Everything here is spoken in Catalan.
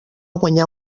guanyà